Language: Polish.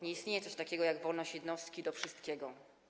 Nie istnieje coś takiego, jak wolność jednostki do wszystkiego.